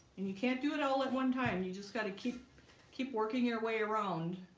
and you can't do it all at one time. you just got to keep keep working your way around